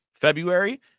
February